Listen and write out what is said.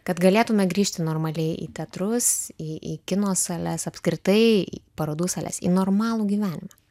kad galėtume grįžti normaliai į teatrus į į kino sales apskritai parodų sales į normalų gyvenimą